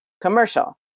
commercial